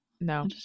no